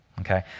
Okay